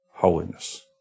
Holiness